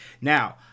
Now